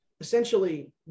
essentially